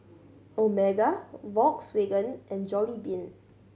Omega Volkswagen and Jollibean